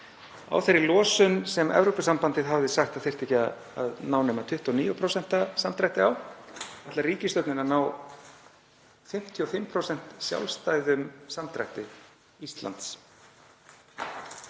á þeirri losun sem Evrópusambandið hafði sagt að þyrfti ekki að ná nema 29% samdrætti á. Ríkisstjórnin ætlaði að ná 55% sjálfstæðum samdrætti Íslands.